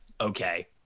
okay